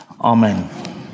Amen